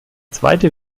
zweite